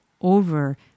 over